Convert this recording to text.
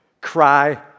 cry